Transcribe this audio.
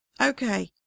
Okay